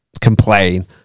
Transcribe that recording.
complain